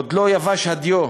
עוד לא יבשה הדיו,